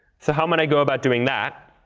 so how might i go about doing that?